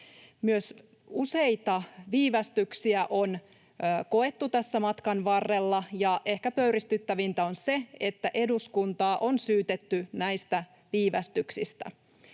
Myös useita viivästyksiä on koettu tässä matkan varrella, ja ehkä pöyristyttävintä on se, että eduskuntaa on syytetty näistä viivästyksistä.